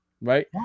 right